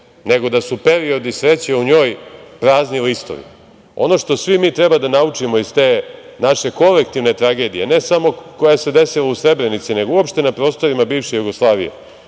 nego da su periodi sreće u njoj prazni listovi. Ono što svi mi treba da naučimo iz te naše kolektivne tragedije, ne samo koja se desila u Srebrenici, nego uopšte na prostorima bivše Jugoslavije,